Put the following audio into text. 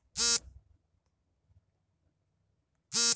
UPI ವಹಿವಾಟುಗಳ ಕುರಿತು ನಾನು ಹೇಗೆ ದೂರು ನೀಡುವುದು?